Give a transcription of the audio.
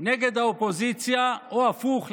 נגד האופוזיציה או הפוך,